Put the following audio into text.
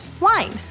wine